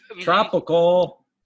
Tropical